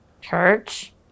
Church